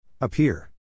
Appear